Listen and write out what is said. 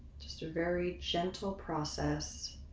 just a very gentle process.